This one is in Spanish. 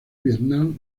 vietnam